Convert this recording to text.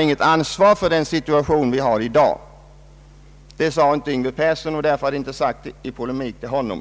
inte har något ansvar för dagens situation. Det är inget påstående från herr Yngve Persson, och det är därför inte mot honom jag polemiserar.